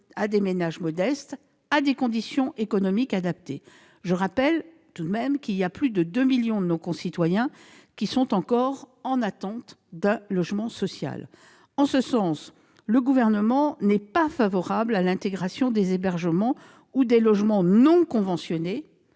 à des ménages modestes, à des conditions économiques adaptées. Je rappelle que plus de 2 millions de nos concitoyens sont encore en attente d'un logement social. En ce sens, le Gouvernement n'est pas favorable à l'intégration des hébergements ou des logements non conventionnés